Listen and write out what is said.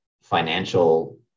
financial